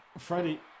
Freddie